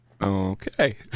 okay